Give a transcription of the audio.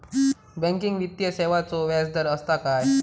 Banking वित्तीय सेवाचो व्याजदर असता काय?